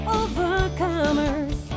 overcomers